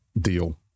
deal